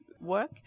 Work